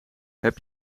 heb